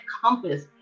compass